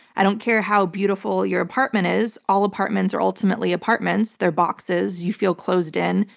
i don't care how beautiful your apartment is, all apartments are ultimately apartments. they're boxes. you feel closed in.